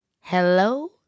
Hello